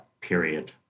period